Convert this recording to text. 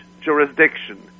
jurisdiction